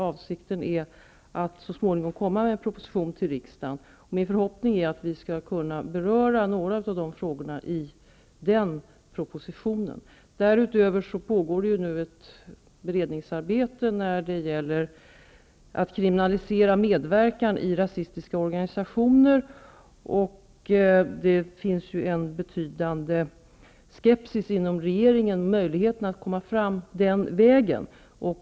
Avsikten är att så småningom komma med en proposition till riksdagen. Min förhopp ning är att vi skall kunna beröra några av de här frågorna i propositionen. Dessutom pågår det ju ett beredningsarbete när det gäller att kriminalisera medverkan i rasistiska organisationer. Det finns ju en betydande skepsis inom regeringen om möjligheterna att komma fram den vägen.